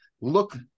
look